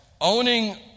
Owning